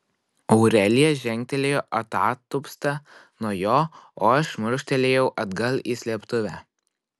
aurelija žengtelėjo atatupsta nuo jo o aš šmurkštelėjau atgal į slėptuvę